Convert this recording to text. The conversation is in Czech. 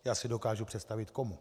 Já si dokážu představit komu.